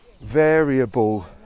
variable